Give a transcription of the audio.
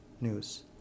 news